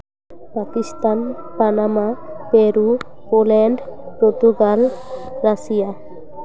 Pakistan panama Peru Poland Portugal Russia